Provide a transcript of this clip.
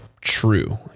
True